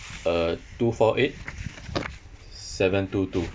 uh two four eight seven two two